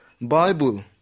Bible